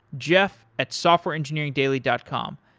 jeff at softwareengineeringdaily dot com.